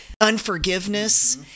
unforgiveness